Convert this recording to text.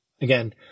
Again